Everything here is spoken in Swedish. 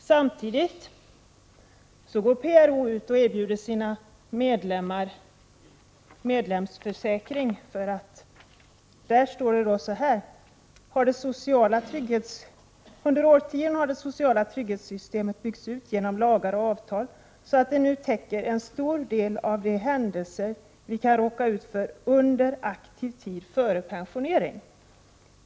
Samtidigt erbjuder PRO sina medlemmar en medlemsförsäkring. Det står: Under årtionden har det sociala trygghetssystemet byggts ut genom lagar och avtal, så att det nu täcker en stor del av de händelser vi kan råka ut för under aktiv tid före pensionering.